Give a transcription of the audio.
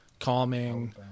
calming